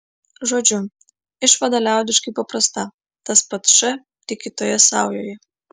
žodžiu išvada liaudiškai paprasta tas pats š tik kitoje saujoje